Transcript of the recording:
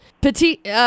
Petite